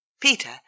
Peter